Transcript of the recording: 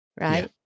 right